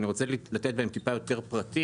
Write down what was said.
אני רוצה לתת בהן טיפה יותר פרטים,